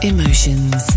Emotions